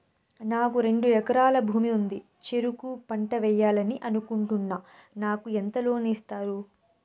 నాకు రెండు ఎకరాల భూమి ఉంది, చెరుకు పంట వేయాలని అనుకుంటున్నా, నాకు ఎంత లోను ఇస్తారు?